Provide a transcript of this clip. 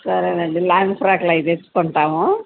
సరేనండి లాంగ్ ఫ్రాక్లు అవి తెచ్చుకుంటాము